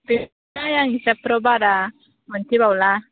बेसेथाय आं हिसाबफ्राव बारा मोनथिबावला